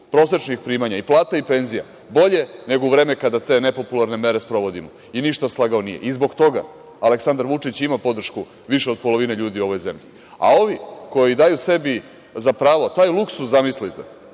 prosečnih primanja, i plata i penzija, bolje nego u vreme kada te nepopularne mere sprovodimo. I ništa slagao nije. Zbog toga Aleksandar Vučić ima podršku više od polovine ljudi u ovoj zemlji.A ovi koji daju sebi za pravo taj luksuz, zamislite,